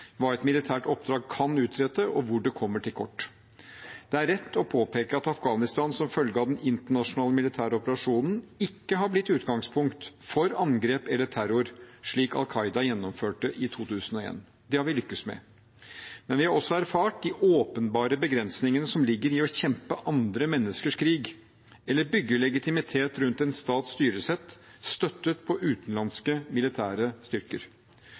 et militært oppdrag kan utrette, og hvor det kommer til kort. Det er rett å påpeke at Afghanistan som følge av den internasjonale militære operasjonen ikke har blitt utgangspunkt for angrep eller terror, slik Al Qaida gjennomførte i 2001. Det har vi lykkes med. Men vi har også erfart de åpenbare begrensningene som ligger i å kjempe andre menneskers krig, eller bygge legitimitet rundt en stats styresett støttet på utenlandske militære styrker.